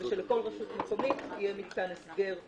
ושלכל רשות מקומית יהיה מתקן הסגר טוב,